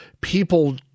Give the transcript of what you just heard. people